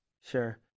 Sure